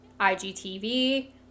IGTV